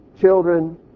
children